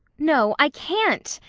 no, i can't,